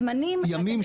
ימים,